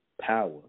power